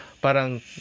parang